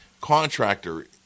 contractor